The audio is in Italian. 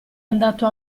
andato